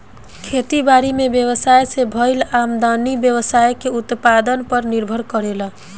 खेती बारी में व्यवसाय से भईल आमदनी व्यवसाय के उत्पादन पर निर्भर करेला